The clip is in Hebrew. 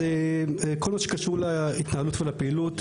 אז כל מה שקשור להתנהלות ולפעילות,